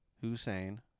Hussein